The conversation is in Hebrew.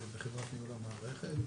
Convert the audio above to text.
בחברת ניהול המערכת.